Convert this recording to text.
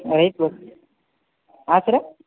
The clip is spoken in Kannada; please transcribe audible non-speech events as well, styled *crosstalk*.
*unintelligible* ಹಾಂ ಸರ